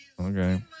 Okay